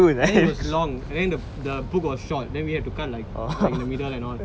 and then it was long and then the book was short then we have to cut like like in the middle and all